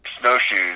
Snowshoes